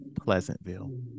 Pleasantville